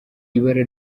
ibara